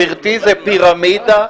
גברתי, זה פירמידה,